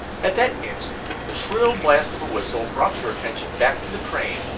at that instant the shrill blast of a whistle brought their attention back to the train,